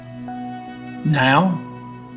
Now